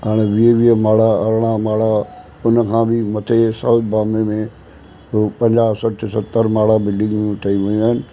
हाणे वीह वीह माड़ा अरिड़हां माड़ा हुन खां बि मथे साउथ बाम्बे में पंजाह सठि सतरि माड़ा बिल्डिंगूं ठही वियूं आहिनि